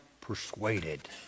persuaded